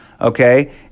okay